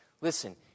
Listen